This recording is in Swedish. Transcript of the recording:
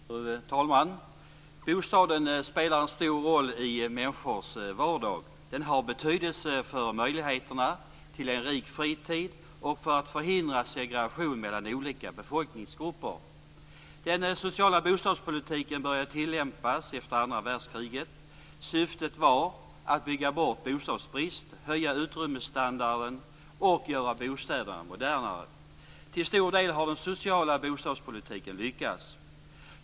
Fru talman! Bostaden spelar en stor roll i människors vardag. Den har betydelse för möjligheterna till en rik fritid och för att förhindra segregation mellan olika befolkningsgrupper. Den sociala bostadspolitiken började tillämpas efter andra världskriget. Syftet var att bygga bort bostadsbristen, höja utrymmesstandarden och göra bostäderna modernare. Till stor del har den sociala bostadspolitiken lyckats.